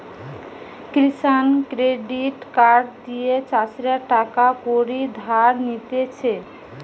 কিষান credit card দিয়ে চাষীরা টাকা কড়ি ধার নিতেছে